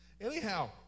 Anyhow